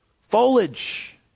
Foliage